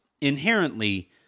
inherently